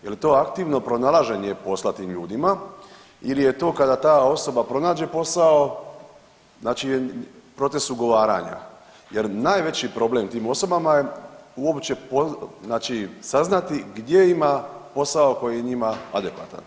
Je li to aktivno pronalaženja posla tim ljudima ili je to kada ta osoba pronađe posao znači proces ugovaranja jer najveći problem tim osobama je uopće saznati gdje ima posao koji je njima adekvatan.